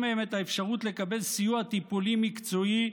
מהם את האפשרות לקבל סיוע טיפולי מקצועי,